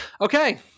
okay